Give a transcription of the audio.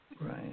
Right